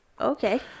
okay